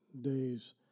days